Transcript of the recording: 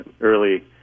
early